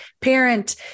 parent